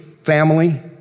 family